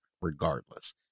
regardless